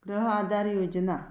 ग्रह आदार योजना